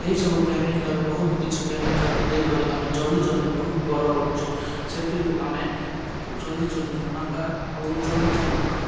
ଏହିସବୁ କେମିକାଲ୍ ବହୁତ କିଛି କେମିକାଲ୍ ଦେଇ କରି ଆମେ ଜଲ୍ଦି ଜଲ୍ଦି ବହୁତ ବଡ଼ କରୁଛୁ ସେଥିରୁ ଆମେ ଜଲ୍ଦି ଜଲ୍ଦି ମୁନାଫା ଓ ଜଲ୍ଦି ଜଲ୍ଦି